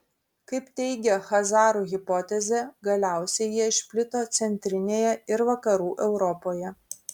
kaip teigia chazarų hipotezė galiausiai jie išplito centrinėje ir vakarų europoje